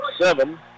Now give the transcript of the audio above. seven